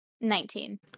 Nineteen